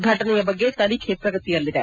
ಘಟನೆಯ ಬಗ್ಗೆ ತನಿಖೆ ಪ್ರಗತಿಯಲ್ಲಿದೆ